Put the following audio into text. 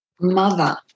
mother